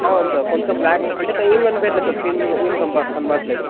అవును సార్ కొంచెం బ్ల్యాకు అనిపిస్తే ఏం కనపియట్ లేదు సార్ స్క్రీన్ ఏమీ కనప కనపడటలేదు